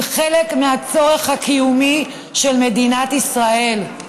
הם חלק מהצורך הקיומי של מדינת ישראל.